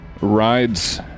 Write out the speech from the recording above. rides